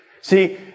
See